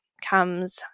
comes